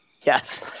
Yes